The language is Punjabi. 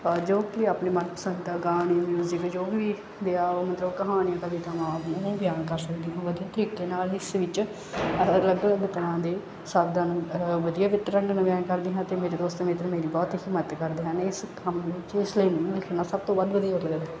ਅ ਜੋ ਕਿ ਆਪਣੇ ਮਨ ਪਸੰਦ ਦਾ ਗਾਂਹ ਡਯੂ ਮਿਊਜ਼ਿਕ ਜੋ ਵੀ ਵਿਆਹ ਮਤਲਵ ਕਹਾਣੀਆਂ ਦਾ ਜਿੱਦਾਂ ਵਾ ਉਹਨਾਂ ਨੂੰ ਬਿਆਨ ਕਰ ਸਕਦੀ ਹਾਂ ਵਧੀਆ ਤਰੀਕੇ ਨਾਲ ਜਿਸ ਵਿੱਚ ਅਲੱਗ ਅਲੱਗ ਤਰ੍ਹਾਂ ਦੇ ਸਾਵਧਾਨ ਵਧੀਆ ਵਿਤਰਨ ਨਾਲ ਬਿਆਨ ਕਰਦੀ ਹਾਂ ਅਤੇ ਮੇਰੇ ਦੋਸਤ ਮਿੱਤਰ ਮੇਰੀ ਬਹੁਤ ਹੀ ਮਦਦ ਕਰਦੇ ਹਨ ਇਸ ਕੰਮ ਵਿੱਚ ਇਸ ਲਈ ਮੈਨੂੰ ਲਿੱਖਣਾ ਸਭ ਤੋਂ ਵੱਧ ਵਧੀਆ ਲੱਗਦਾ